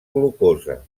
glucosa